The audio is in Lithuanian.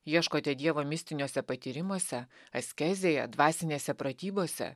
ieškote dievo mistiniuose patyrimuose askezėje dvasinėse pratybose